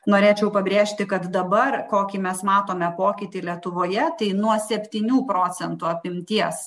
norėčiau pabrėžti kad dabar kokį mes matome pokytį lietuvoje tai nuo septynių procentų apimties